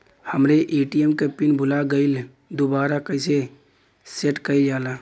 हमरे ए.टी.एम क पिन भूला गईलह दुबारा कईसे सेट कइलजाला?